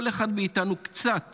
כל אחד מאיתנו: קצת